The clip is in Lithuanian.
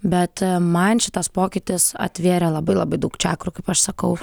bet man šitas pokytis atvėrė labai labai daug čakrų kaip aš sakau